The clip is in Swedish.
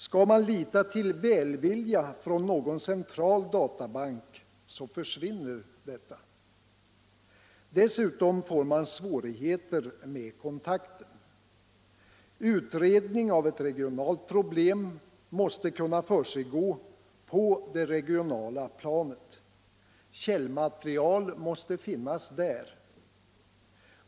Skall man lita till välvilja från någon central databank, försvinner denna möjlighet. Dessutom får man svårigheter med kontakterna. Utredning av ett regionalt problem måste kunna försiggå på det regionala planet. Källmaterialet måste finnas där.